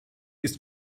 ist